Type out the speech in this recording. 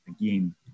again